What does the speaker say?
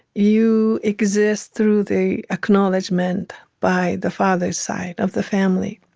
you exist through the acknowledgement by the fathers side of the family.